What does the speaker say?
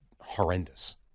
horrendous